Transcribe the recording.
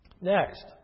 Next